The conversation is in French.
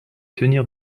tenir